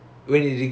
why